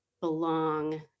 belong